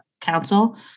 council